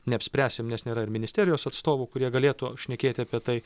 neapsispręsim nes nėra ir ministerijos atstovų kurie galėtų šnekėti apie tai